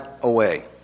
away